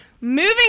moving